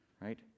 right